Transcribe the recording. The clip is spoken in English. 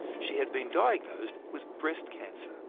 she had been diagnosed with breast cancer.